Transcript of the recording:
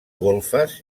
golfes